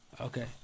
Okay